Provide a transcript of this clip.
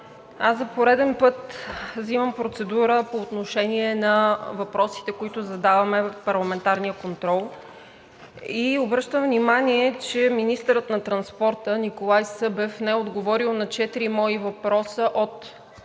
Аз за пореден път взимам процедура по отношение на въпросите, които задаваме в парламентарния контрол, и обръщам внимание, че министърът на транспорта Николай Събев не е отговорил на четири мои въпроса от